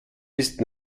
bist